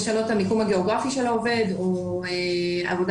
לשנות את המיקום הגיאוגרפי של העובד או עבודה